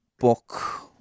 book